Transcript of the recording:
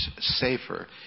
safer